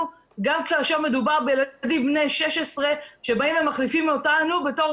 גם כאשר מדובר בילדים בני 16 שבאים ומחליפים אותנו בתור